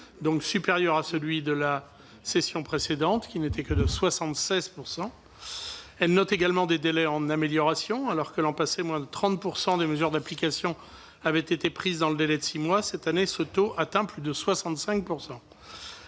%, supérieur à celui de la session précédente, qui n'était que de 76 %. Elle note également des délais en amélioration : alors que, l'an passé, moins de 30 % des mesures d'application avaient été prises dans le délai de six mois, ce taux dépasse 65